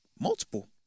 multiple